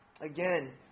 Again